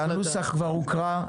אז הנוסח כבר הוקרא.